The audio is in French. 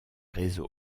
réseaux